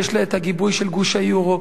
שיש לה את הגיבוי של גוש היורו.